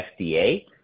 FDA